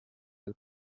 del